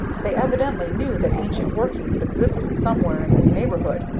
they evidently knew that ancient workings existed somewhere in this neighborhood,